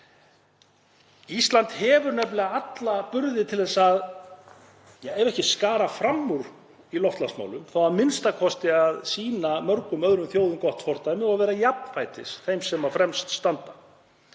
Ísland hefur nefnilega alla burði til að, ja, ef ekki skara fram úr í loftslagsmálum þá a.m.k. sýna mörgum öðrum þjóðum gott fordæmi og vera jafnfætis þeim sem fremst standa.